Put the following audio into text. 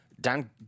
dan